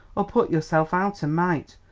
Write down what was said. or put yourself out a mite.